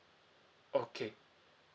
okay